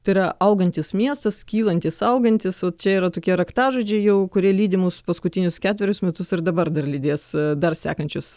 tai yra augantis miestas kylantis augantis va čia yra tokie raktažodžiai jau kurie lydi mus paskutinius ketverius metus ir dabar dar lydės dar sekančius